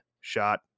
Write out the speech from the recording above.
shot